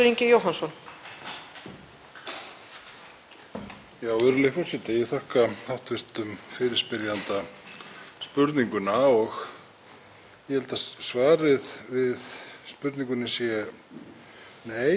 Ég held að svarið við spurningunni sé: Nei, það er, held ég, óþarfi að vera með slíkar yfirlýsingar. Nú er sá sem hér stendur ekki heilbrigðisráðherra og ekki sérfræðingur á þessu sviði.